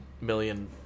million